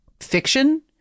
fiction